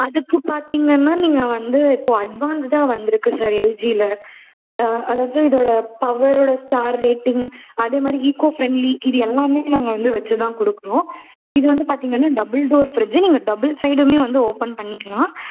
அதுக்கு பார்த்தீங்கன்னா நீங்கள் வந்து இப்போ அட்வான்ஸ்டாக வந்திருக்கு சார் எல்ஜியில் அதாவது இதோட பவரோட ஸ்டார் ரேட்டிங் அதே மாதிரி ஈக்கோ ப்ரெண்ட்லி இது எல்லாமே நாங்கள் வந்து வைச்சுதான் கொடுக்குறோம் இது வந்து பார்த்தீங்கன்னா டபுள் டோர் ஃபிரிட்ஜ் நீங்க டபுள் சைடுமே வந்து ஓபன் பண்ணிக்கலாம்